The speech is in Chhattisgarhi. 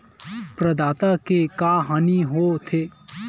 प्रदाता के का हानि हो थे?